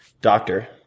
doctor